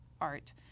art